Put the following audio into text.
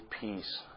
peace